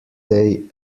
day